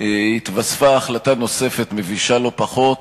התווספה החלטה נוספת, מבישה לא פחות,